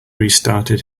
restarted